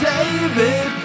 David